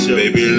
baby